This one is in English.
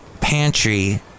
pantry